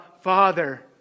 Father